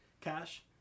Cash